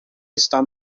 está